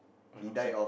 I'm outside